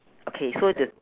okay so the